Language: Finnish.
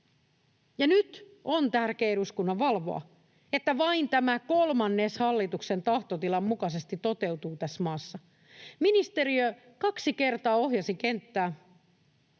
nyt on tärkeä eduskunnan valvoa, että vain tämä kolmannes hallituksen tahtotilan mukaisesti toteutuu tässä maassa. Ministeriö kaksi kertaa ohjasi kenttää.